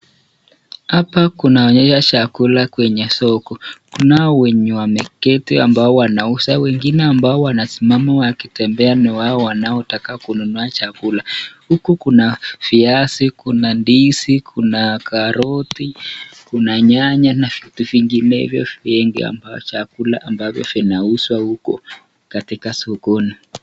Hapa kunauzwa chakula kwenye soko, kunao wenye wameketi ambao wanauza, wengine ambao wanasimama wakitembea ni wao wanaotaka kununua chakula. Huku kuna viazi ,kuna ndizi, kuna karoti, kuna nyanya na vitu vinginevyo vingi ambayo chakula ambavyo vinauzwa huko katika sokoni.